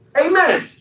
Amen